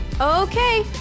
Okay